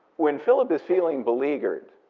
when philip is feeling beleaguered,